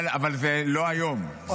אבל זה לא היום -- אור ליום שלישי.